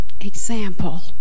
example